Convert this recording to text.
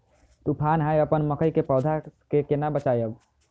तुफान है अपन मकई के पौधा के केना बचायब?